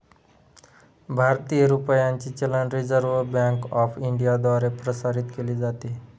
भारतीय रुपयाचे चलन रिझर्व्ह बँक ऑफ इंडियाद्वारे प्रसारित केले जाते